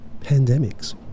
Pandemics